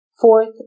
Fourth